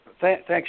thanks